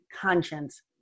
conscience